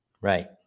right